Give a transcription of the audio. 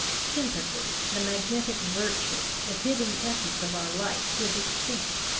sympathy, the magnetic virtue, the hidden essence of our life, was extinct.